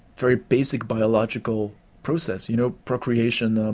very basic biological process. you know procreation,